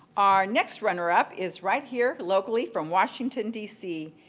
our next runner up is right here locally from washington, d c.